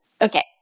Okay